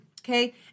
Okay